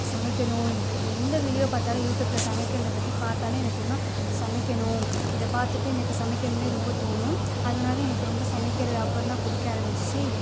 சமைக்கணும் எந்த வீடியோ பார்த்தாலும் யூடியூபில் சமைக்கிறதை பற்றி பார்த்தாலே எனக்கு இன்னும் சமைக்கணும் இதை பார்த்துட்டு எனக்கு சமைக்கணும்னே ரொம்ப தோணும் அதனால் எனக்கு ரொம்ப சமைக்கிறது அப்புறம் தான் பிடிக்க ஆரம்மிச்சிச்சு இது